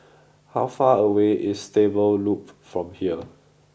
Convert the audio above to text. how far away is Stable Loop from here